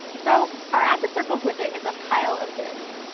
so our add to circles widget is a pile of divs.